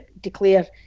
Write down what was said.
declare